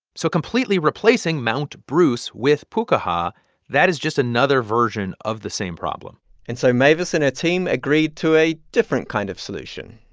so completely replacing mount bruce with pukaha that is just another version of the same problem and so mavis and her team agreed to a different kind of solution.